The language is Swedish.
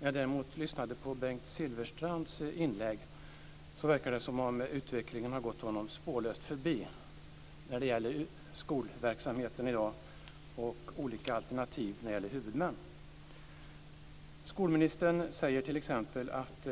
När jag däremot lyssnade på Bengt Silfverstrands inlägg verkade det som om utvecklingen har gått honom spårlöst förbi när det gäller skolverksamheten i dag och olika alternativ i fråga om huvudmän. Skolministern säger t.ex. att